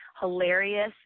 hilarious